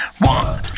one